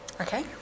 Okay